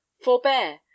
forbear